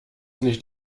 nicht